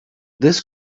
this